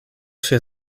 się